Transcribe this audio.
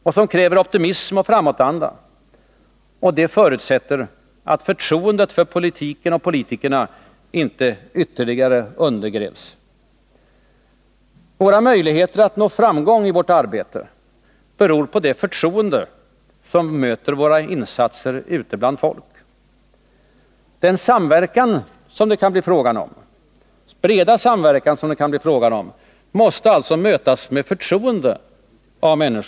Det kräver optimism och framåtanda. Och det förutsätter att förtroendet för politiken och politikerna inte ytterligare undergrävs. Våra möjligheter att nå framgång i vårt arbete beror på det förtroende som våra insatser möter ute bland folk. Den breda samverkan som det kan bli fråga om måste av människorna mötas med förtroende.